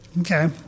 Okay